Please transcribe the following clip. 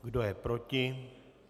Kdo je proti?